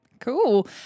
Cool